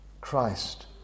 Christ